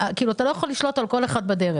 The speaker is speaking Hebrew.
אתה לא יכול לשלוט על כל אחד בדרך.